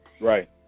right